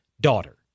daughter